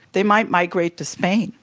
they might migrate to spain,